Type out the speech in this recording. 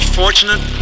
fortunate